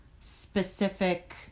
specific